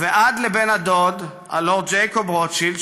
עד לבן הדוד הלורד ג'ייקוב רוטשילד,